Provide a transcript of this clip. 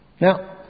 Now